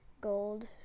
Gold